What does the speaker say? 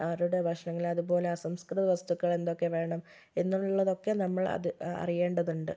ആരുടെ ഭക്ഷണങ്ങൾ അത്പോലെ അസംസ്കൃത വസ്തുക്കളെന്തൊക്കെ വേണം എന്നുള്ളതൊക്കെ നമ്മൾ അത് അറിയേണ്ടതുണ്ട്